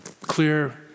clear